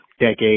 decade